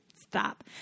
Stop